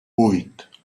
vuit